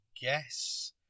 guess